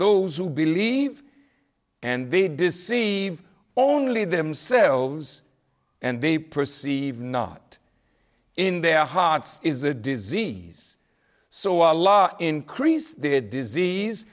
those who believe and they deceive only themselves and they perceive not in their hearts is a disease so a lot increase the disease